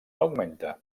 augmenta